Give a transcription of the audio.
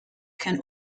can